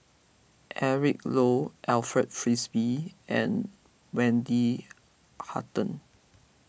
Eric Low Alfred Frisby and Wendy Hutton